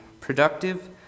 productive